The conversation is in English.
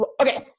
Okay